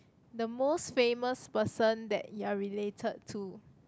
the most famous person that you are related to